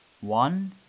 One